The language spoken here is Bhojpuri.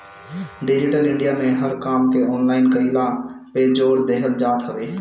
डिजिटल इंडिया में हर काम के ऑनलाइन कईला पअ जोर देहल जात हवे